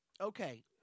okay